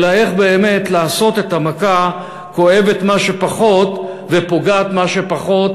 אלא איך באמת לעשות את המכה כואבת מה שפחות ופוגעת מה שפחות